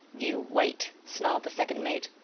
you wait, snarled the second mate.